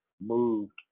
moved